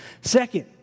Second